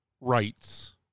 rights